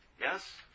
Yes